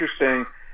interesting